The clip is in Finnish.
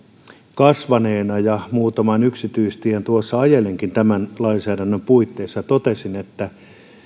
kasvaneena tiedän ja muutaman yksityistien tuossa ajelinkin tämän lainsäädännön puitteissa ja totesin että